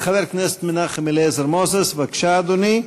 חבר הכנסת מנחם אליעזר מוזס, בבקשה, אדוני.